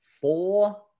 four